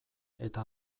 eta